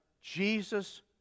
Jesus